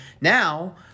now